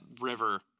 river